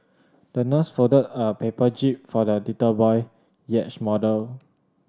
the nurse folded a paper jib for the little boy yacht model